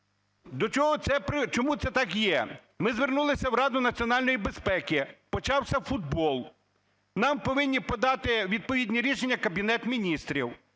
Чому це так є? Ми звернулися в Раду національної безпеки. Почався футбол. Нам повинні подати відповідні рішення Кабінет Міністрів.